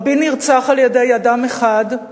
רבין נרצח על-ידי אדם אחד,